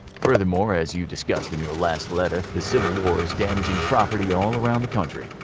furthermore, as you discussed in your last letter the civil war is damaging property all around the country.